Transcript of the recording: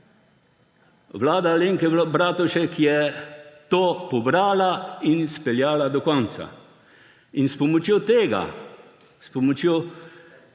Vlada Alenke Bratušek je to pobrala in speljala do konca. S pomočjo tega prijema,